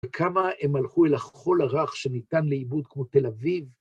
וכמה הם הלכו אל החול הרך שניתן לעיבוד כמו תל אביב.